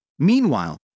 Meanwhile